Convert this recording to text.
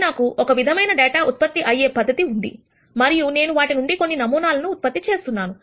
కాబట్టి నాకు ఒక విధమైన డేటా ఉత్పత్తి అయ్యే పద్ధతి ఉంది మరియు నేను వాటినుండి కొన్నినమూనాలను ఉత్పత్తి చేస్తున్నాను